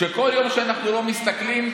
שבכל יום שאנחנו לא מסתכלים,